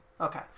Okay